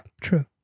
true